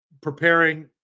preparing